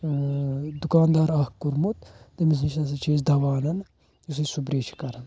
ٲں دُکاندار اکھ کوٚرمُت تٔمِس نِش ہسا چھِ أسۍ دوا انان یُس أسۍ سُپرے چھِ کران